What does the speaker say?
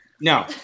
No